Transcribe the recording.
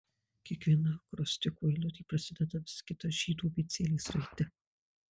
kiekviena akrosticho eilutė prasideda vis kita žydų abėcėlės raide